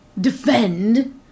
defend